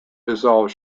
dissolved